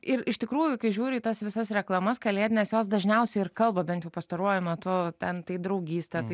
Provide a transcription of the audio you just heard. ir iš tikrųjų kai žiūri į tas visas reklamas kalėdines jos dažniausiai ir kalba bent jau pastaruoju metu ten tai draugystė tai